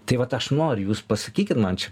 tai vat aš noriu jūs pasakykit man čia